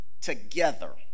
together